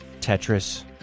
Tetris